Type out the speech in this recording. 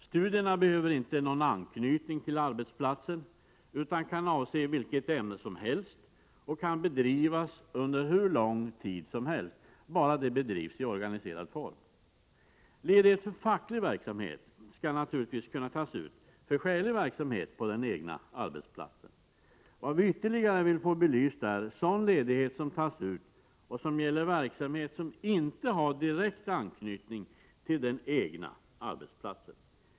Studierna behöver inte ha någon anknytning till arbetsplatsen utan kan avse vilket ämne som helst och kan bedrivas under hur lång tid som helst, bara de bedrivs i organiserad form. Ledighet för facklig verksamhet skall naturligtvis kunna tas ut för skälig verksamhet på den egna arbetsplatsen. Vad vi vill få belyst ytterligare är sådan ledighet som tas ut som gäller verksamhet som inte har direkt anknytning till den egna arbetsplatsen.